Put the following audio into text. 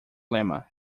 lemma